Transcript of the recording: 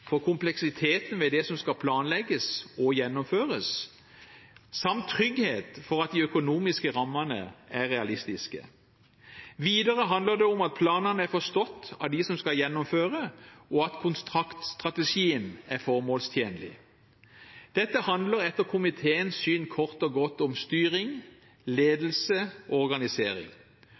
for kompleksiteten ved det som skal planlegges og gjennomføres, samt trygghet for at de økonomiske rammene er realistiske. Videre handler det om at planene er forstått av dem som skal gjennomføre, og at kontraktsstrategien er formålstjenlig. Dette handler etter komiteens syn kort og godt om styring,